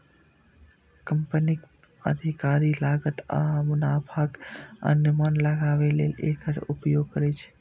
कंपनीक अधिकारी लागत आ मुनाफाक अनुमान लगाबै लेल एकर उपयोग करै छै